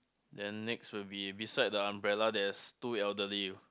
then next would be beside the umbrella there's two elderly